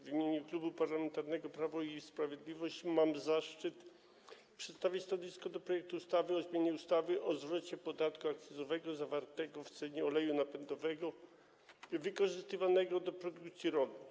W imieniu Klubu Parlamentarnego Prawo i Sprawiedliwość mam zaszczyt przedstawić stanowisko wobec projektu ustawy o zmianie ustawy o zwrocie podatku akcyzowego zawartego w cenie oleju napędowego wykorzystywanego do produkcji rolnej.